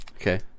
Okay